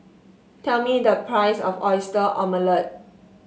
tell me the price of Oyster Omelette